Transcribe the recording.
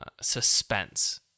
suspense